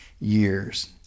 years